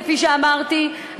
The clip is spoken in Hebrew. כפי שאמרתי,